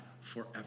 forever